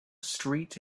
street